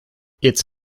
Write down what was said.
its